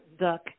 duck